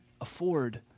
afford